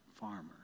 farmer